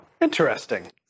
Interesting